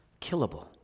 killable